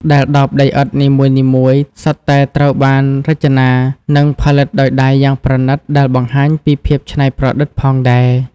ដែលដបដីឥដ្ឋនីមួយៗសុទ្ធតែត្រូវបានរចនា និងផលិតដោយដៃយ៉ាងប្រណិត ដែលបង្ហាញពីភាពច្នៃប្រឌិតផងដែរ។